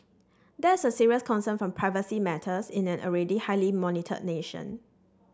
that's a serious concern for privacy matters in an already highly monitored nation